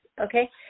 okay